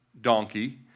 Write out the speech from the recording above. donkey